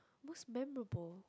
most memorable